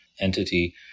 entity